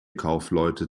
kaufleute